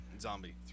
Zombie